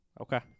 Okay